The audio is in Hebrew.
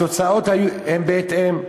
התוצאות הן בהתאם: